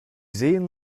sehen